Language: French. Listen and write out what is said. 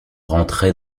rentrait